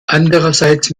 andererseits